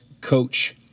coach